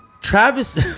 Travis